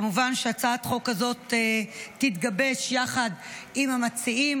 כמובן שהצעת החוק הזאת תתגבש יחד עם המציעים.